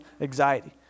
anxiety